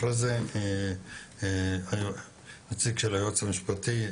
אחרי זה הנציג של היועץ המשפטי.